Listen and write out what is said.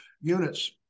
units